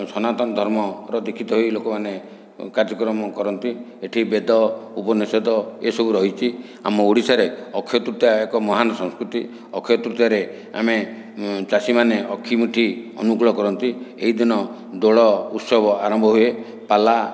ସନାତନ ଧର୍ମର ଦୀକ୍ଷିତ ହୋଇ ଲୋକମାନେ କାର୍ଯ୍ୟକ୍ରମ କରନ୍ତି ଏଠି ବେଦ ଉପନିଷେଦ ଏସବୁ ରହିଛି ଆମ ଓଡ଼ିଶାରେ ଅକ୍ଷୟ ତୃତୀୟା ଏକ ମହାନ ସଂସ୍କୃତି ଅକ୍ଷୟ ତୃତୀୟାରେ ଆମେ ଚାଷୀମାନେ ଅଖିମୁଠି ଅନୁକୂଳ କରନ୍ତି ଏ ଦିନ ଦୋଳ ଉତ୍ସବ ଆରମ୍ଭ ହୁଏ ପାଲା